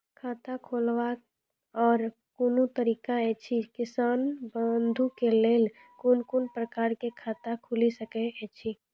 खाता खोलवाक आर कूनू तरीका ऐछि, किसान बंधु के लेल कून कून प्रकारक खाता खूलि सकैत ऐछि?